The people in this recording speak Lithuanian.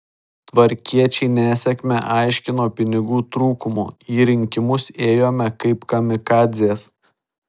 tvarkiečiai nesėkmę aiškino pinigų trūkumu į rinkimus ėjome kaip kamikadzės